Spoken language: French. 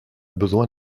besoin